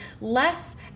less